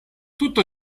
tutto